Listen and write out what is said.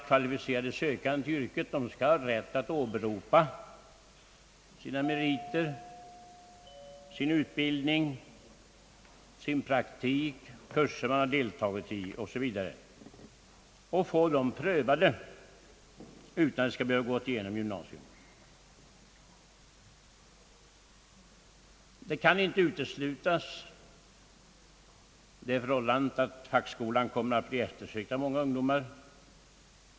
Kvalificerade sökande skall ha rätt att åberopa sina meriter, sin utbildning, sin praktik, kurser man deltagit i o. s. v. utan att de skall behöva ha gått igenom gymnasium. Det kan inte uteslutas att fackskolan kommer att bli besökt av många ungdomar.